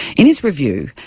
in his review,